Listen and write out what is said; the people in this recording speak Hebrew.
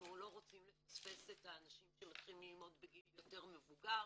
אנחנו לא רוצים לפספס את האנשים שמתחילים ללמוד בגיל יותר מבוגר,